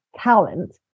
talent